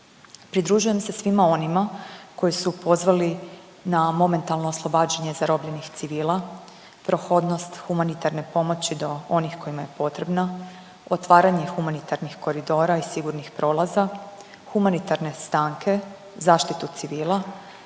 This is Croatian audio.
Pridružujem se svima onima koji su pozvali na momentalno oslobađanje zarobljenih civila, prohodnost humanitarne pomoći do onih kojima je potrebno, otvaranje humanitarnih koridora i sigurnih prolaza, humanitarne stanke, zaštitu civila,